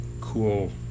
cool